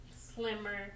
slimmer